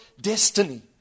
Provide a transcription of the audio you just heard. destiny